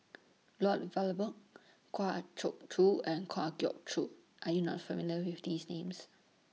Lloyd Valberg Kwa Choo and Kwa Geok Choo Are YOU not familiar with These Names